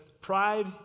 pride